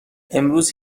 امروز